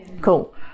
Cool